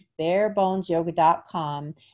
barebonesyoga.com